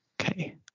Okay